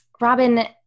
Robin